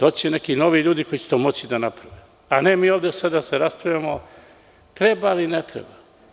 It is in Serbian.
Doći će neki novi ljudi koji će to moći da naprave, a ne mi ovde sad da se raspravljamo treba li ili ne treba.